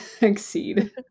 exceed